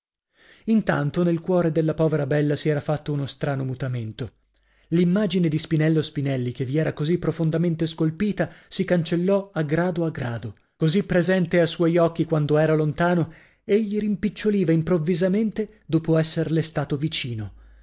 intanto nel cuore della povera bella si era fatto uno strano mutamento l'immagine di spinello spinelli che vi era così profondamente scolpita si cancellò a grado a grado così presente a suoi occhi quando era lontano egli rimpiccioliva improvvisamente dopo esserle stato vicino